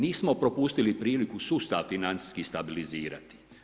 Nismo propustili priliku sustav financijski stabilizirati.